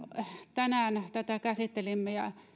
tänään tätä käsittelimme ja